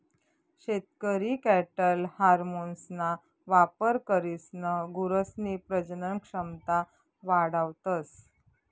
शेतकरी कॅटल हार्मोन्सना वापर करीसन गुरसनी प्रजनन क्षमता वाढावतस